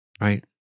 Right